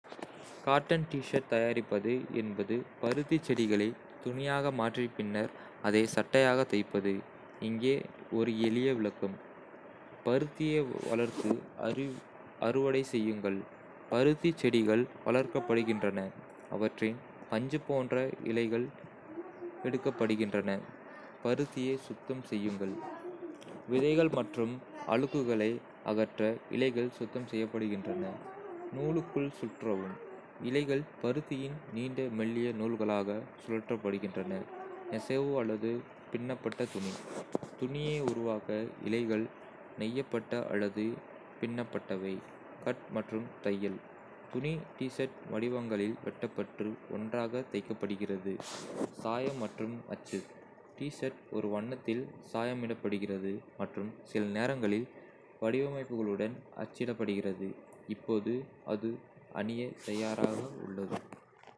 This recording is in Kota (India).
Cotton T-shirt தயாரிப்பது என்பது பருத்தி செடிகளை துணியாக மாற்றி பின்னர் அதை சட்டையாக தைப்பது. இங்கே ஒரு எளிய விளக்கம். பருத்தியை வளர்த்து அறுவடை செய்யுங்கள் பருத்தி செடிகள் வளர்க்கப்படுகின்றன, அவற்றின் பஞ்சுபோன்ற இழைகள் எடுக்கப்படுகின்றன. பருத்தியை சுத்தம் செய்யுங்கள்: விதைகள் மற்றும் அழுக்குகளை அகற்ற இழைகள் சுத்தம் செய்யப்படுகின்றன. நூலுக்குள் சுற்றவும் இழைகள் பருத்தியின் நீண்ட மெல்லிய நூல்களாக சுழற்றப்படுகின்றன. நெசவு அல்லது பின்னப்பட்ட துணி துணியை உருவாக்க இழைகள் நெய்யப்பட்ட அல்லது பின்னப்பட்டவை. கட் மற்றும் தையல். துணி டி-ஷர்ட் வடிவங்களில் வெட்டப்பட்டு ஒன்றாக தைக்கப்படுகிறது. சாயம் மற்றும் அச்சு. டி-ஷர்ட் ஒரு வண்ணத்தில் சாயமிடப்படுகிறது மற்றும் சில நேரங்களில் வடிவமைப்புகளுடன் அச்சிடப்படுகிறது. இப்போது அது அணிய தயாராக உள்ளது!